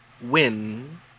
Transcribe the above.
win